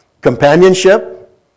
Companionship